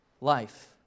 life